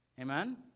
amen